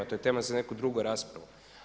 To je tema za neki drugu raspravu.